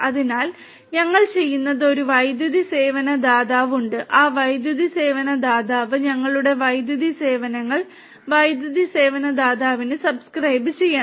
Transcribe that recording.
അതിനാൽ ഞങ്ങൾ ചെയ്യുന്നത് ഒരു വൈദ്യുതി സേവന ദാതാവ് ഉണ്ട് ആ വൈദ്യുതി സേവന ദാതാവ് ഞങ്ങളുടെ വൈദ്യുതി സേവനങ്ങൾ വൈദ്യുതി സേവന ദാതാവിന് സബ്സ്ക്രൈബ് ചെയ്യണം